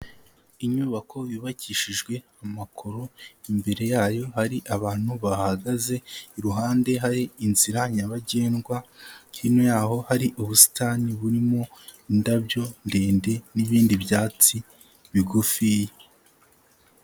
Inyubako yubakishijwe amakoro, imbere yayo hari abantu bahahagaze, iruhande hari inzira nyabagendwa, hino yaho hari ubusitani burimo indabyo ndende n'ibindi byatsi bigufiya.